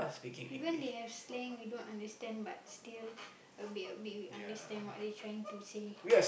even they have slang we don't understand but still a bit a bit we understand what they trying to say